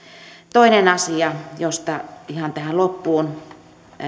toinen asia josta ihan tähän loppuun